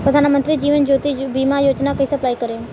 प्रधानमंत्री जीवन ज्योति बीमा योजना कैसे अप्लाई करेम?